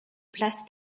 place